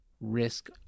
risk